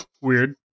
weird